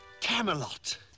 Camelot